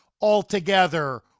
altogether